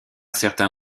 certain